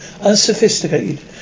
unsophisticated